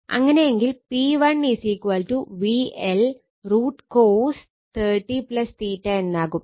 അങ്ങനെയെങ്കിൽ P1 VL √ cos 30 o എന്നാകും